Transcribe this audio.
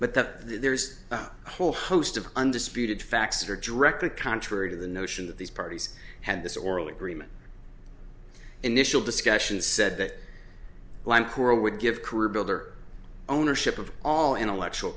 but the there's a whole host of undisputed facts are drek the contrary to the notion that these parties had this oral agreement initial discussions said that line cora would give career builder ownership of all intellectual